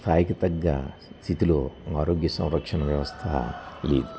స్థాయికి తగ్గ స్థితిలో ఆరోగ్య సంరక్షణ వ్యవస్థ లేదు